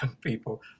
people